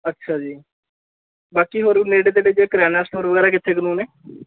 ਅੱਛਾ ਜੀ ਬਾਕੀ ਹੋਰ ਨੇੜੇ ਤੇੜੇ ਜੇ ਕਰਿਆਨਾ ਸਟੋਰ ਵਗੈਰਾ ਕਿੱਥੇ ਕੁ ਨੂੰ ਨੇ